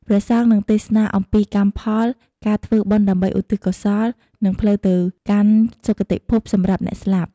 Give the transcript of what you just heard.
ព្រះសង្ឃនឹងទេសនា អំពីកម្មផល ការធ្វើបុណ្យដើម្បីឧទ្ទិសកុសល និងផ្លូវទៅកាន់សុគតិភពសម្រាប់អ្នកស្លាប់។